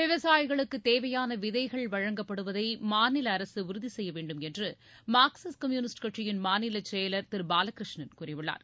விவசாயிகளுக்கு தேவையான விதைகள் வழங்கப்படுவதை மாநில அரசு உறுதி செய்யவேண்டும் என்று மார்க்சிஸ்ட் கம்யூனிஸ்ட் கட்சியின் மாநில செயலர் திரு பாலகிருஷ்ணன் கூறியுள்ளார்